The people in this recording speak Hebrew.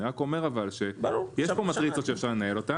אני רק אומר שיש פה מטריצות שאפשר לנהל אותן